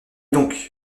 donc